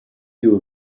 you